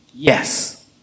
Yes